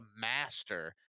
master